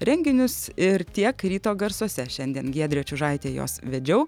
renginius ir tiek ryto garsuose šiandien giedrė čiužaitė juos vedžiau